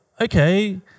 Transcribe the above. okay